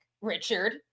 Richard